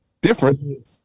different